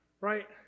Right